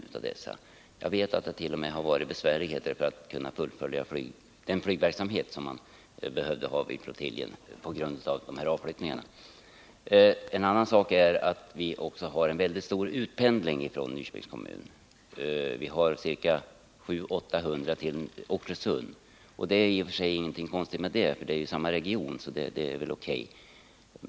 Jag vet att det på grund av avflyttningarna t.o.m. har varit svårt att kunna genomföra den flygverksamhet som man behövt upprättahålla vid flottiljen. En annan sak är att det förekommer mycket omfattande utpendling från Nyköpings kommun. Ca 800 pendlar till Oxelösund. Det är väl O. K. och i och för sig inte så konstigt, eftersom Oxelösund och Nyköping ligger inom samma region.